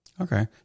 Okay